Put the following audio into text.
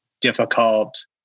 difficult